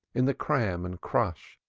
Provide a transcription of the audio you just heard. in the cram and crush,